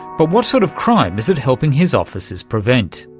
but what sort of crime is it helping his officers prevent?